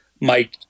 Mike